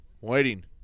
Waiting